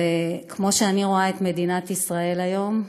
כמו שאני רואה את מדינת ישראל היום,